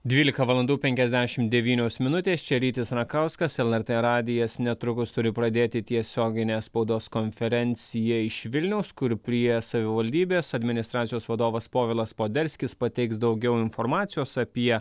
dvylika valandų penkiasdešim devynios minutės čia rytis rakauskas lrt radijas netrukus turi pradėti tiesioginę spaudos konferenciją iš vilniaus kur prie savivaldybės administracijos vadovas povilas poderskis pateiks daugiau informacijos apie